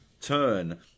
turn